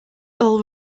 all